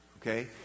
okay